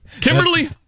Kimberly